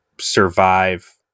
survive